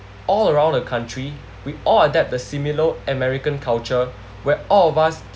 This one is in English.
all around the country we all adapt the similar american culture where all of us